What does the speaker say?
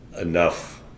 enough